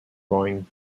going